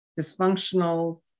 Dysfunctional